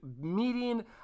meeting